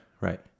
Right